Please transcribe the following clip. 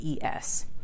ES